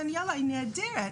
דניאלה נהדרת,